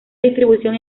distribución